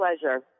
pleasure